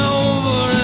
over